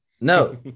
no